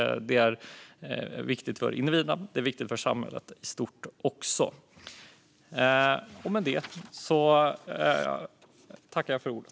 Det är viktigt för individerna och även för samhället i stort.